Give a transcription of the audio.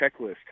checklist